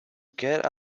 get